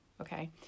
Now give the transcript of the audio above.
Okay